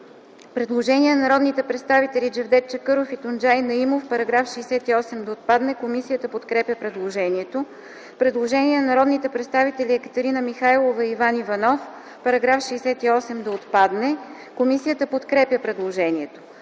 Предложение на народния представител Джевдет Чакъров и Тунджай Наимов –§ 56 да отпадне. Комисията подкрепя предложението. Предложение на народните представители Екатерина Михайлова и Иван Иванов –§ 56 да отпадне. Комисията подкрепя предложението.